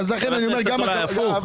לכן אני אומר שגם הכבוד --- הפוך,